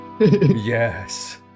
Yes